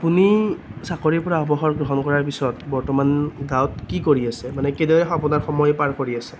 আপুনি চাকৰিৰ পৰা অৱসৰ গ্ৰহণ কৰাৰ পিছত বৰ্তমান গাঁৱত কি কৰি আছে মানে কিদৰে আপোনাৰ সময় পাৰ কৰি আছে